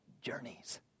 journeys